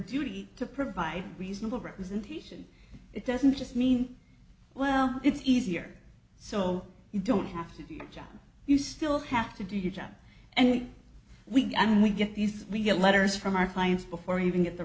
duty to provide reasonable representation it doesn't just mean well it's easier so you don't have to be a job you still have to do your job and we only get these we get letters from our clients before we even get the